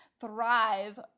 thrive